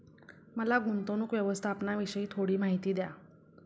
मला गुंतवणूक व्यवस्थापनाविषयी थोडी माहिती द्या